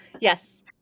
Yes